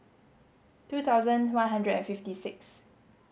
two thousand one hundred and fifty six